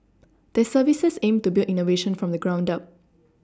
their services aim to build innovation from the ground up